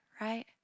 right